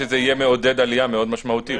שזה יהיה מעודד עלייה מאוד משמעותי.